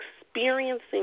experiencing